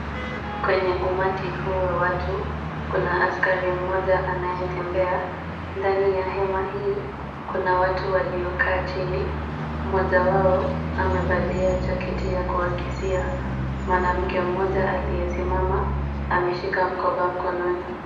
Kwenye umati huu wa watu kuna askari mmoja anayetembea. Ndani ya hema hii kuna watu waliokaa chini mmoja wao amevalia jaketi ya kuakisia . Mwanamke mmoja aliyesimama ameshika mkoba mkononi.